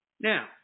Now